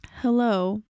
Hello